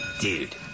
Dude